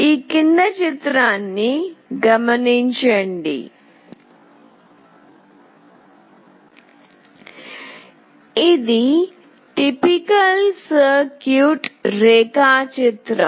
ఇది సాధారణ సర్క్యూట్ రేఖాచిత్రం